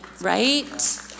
right